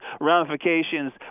ramifications